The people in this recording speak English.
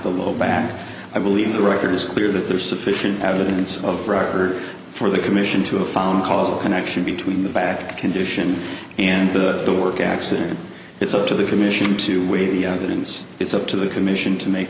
the low back i believe the record is clear that there is sufficient evidence of record for the commission to a phone call connection between the back condition and the work accident it's up to the commission to weigh the evidence it's up to the commission to make